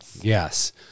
Yes